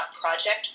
Project